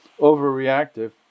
overreactive